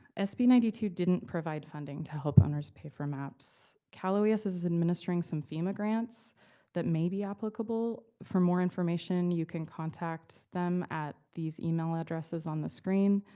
sb ninety two didn't provide funding to help owners pay for maps. cal ah so oes is administering some fema grants that may be applicable. for more information, you can contact them at these email addresses on the screen.